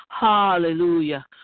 Hallelujah